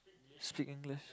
speak English